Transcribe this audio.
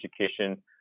education